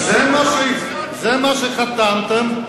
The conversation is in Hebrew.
זה מה שחתמתם.